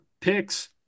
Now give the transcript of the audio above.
picks